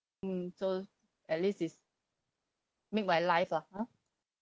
mm so at least this make my life lah ha